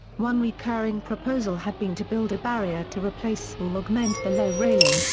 one recurring proposal had been to build a barrier to replace or augment the low railing,